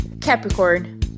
Capricorn